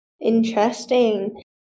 Interesting